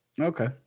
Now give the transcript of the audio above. Okay